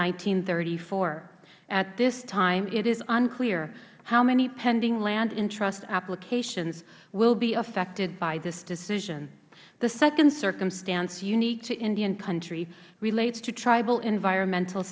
and thirty four at this time it is unclear how many pending landintrust applications will be affected by this decision the second circumstance unique to indian country relates to tribal environmental